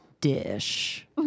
dish